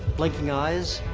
blinking eyes.